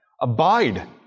Abide